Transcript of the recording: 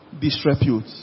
disrepute